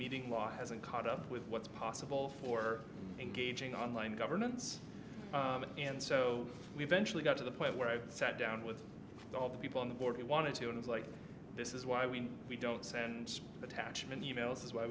meeting law hasn't caught up with what's possible for engaging online governance and so we eventually got to the point where i've sat down with all the people on the board he wanted to and it's like this is why we we don't send attachment emails